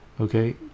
okay